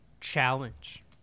challenge